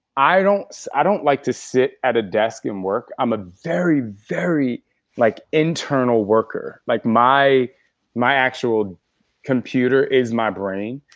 i don't so i don't like to sit at a desk and work. i'm a very, very like internal worker. like my my actual computer is my brain.